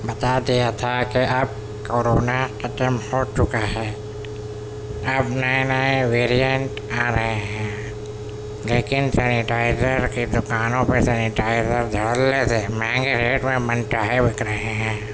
بتا دیا تھا کہ اب کورونا ختم ہو چکا ہے اب نئے نئے ویریئنٹ آ رہے ہیں لیکن سینیٹائزر کی دوکانوں پہ سینیٹائزر دھڑلے سے مہنگے ریٹ میں من چاہے بک رہے ہیں